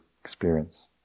experience